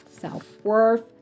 self-worth